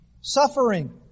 Suffering